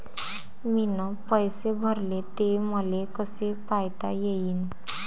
मीन पैसे भरले, ते मले कसे पायता येईन?